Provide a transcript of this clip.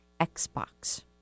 Xbox